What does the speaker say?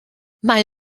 mae